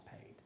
paid